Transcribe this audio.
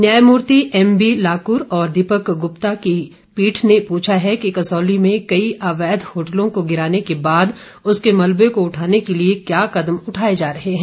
न्यायमूर्ति M B Lokur और दीपक गुप्ता की पीठ ने पूछा है कि कसौली में कई अवैध होटलों को गिराने के बाद उसके मलबे को उठाने के लिए क्या कदम उठाये जा रहे हैं